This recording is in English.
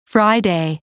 Friday